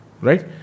Right